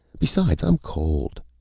besides, i'm cold.